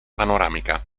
panoramica